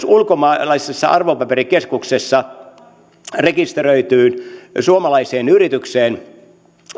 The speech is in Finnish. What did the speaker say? ulkomaalaisessa arvopaperikeskuksessa rekisteröityyn suomalaiseen yritykseen